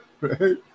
Right